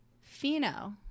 Fino